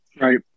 Right